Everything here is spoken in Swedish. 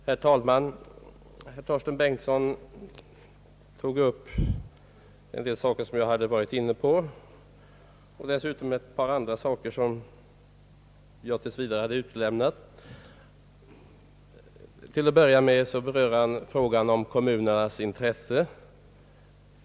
Herr talman! Herr Torsten Bengtson tog upp en del saker som jag hade varit inne på och dessutom ett par andra saker som jag tills vidare hade utelämnat. Till en början berörde han frågan om kommunernas intresse.